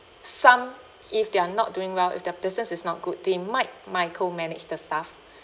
some if they're not doing well with their business is not good they might micromanage the staff